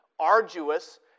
arduous